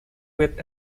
with